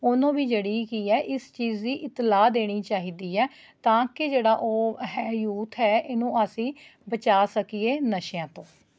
ਉਹਨੂੰ ਵੀ ਜਿਹੜੀ ਕੀ ਹੈ ਇਸ ਚੀਜ਼ ਦੀ ਇਤਲਾਹ ਦੇਣੀ ਚਾਹੀਦੀ ਹੈ ਤਾਂ ਕਿ ਜਿਹੜਾ ਉਹ ਹੈ ਯੂਥ ਹੈ ਇਹਨੂੰ ਅਸੀਂ ਬਚਾ ਸਕੀਏ ਨਸ਼ਿਆਂ ਤੋਂ